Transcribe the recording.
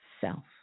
self